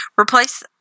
Replace